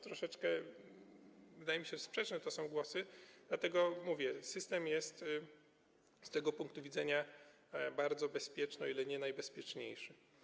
Troszeczkę, wydaje mi się, są to sprzeczne głosy, dlatego mówię: system jest z tego punktu widzenia bardzo bezpieczny, o ile nie najbezpieczniejszy.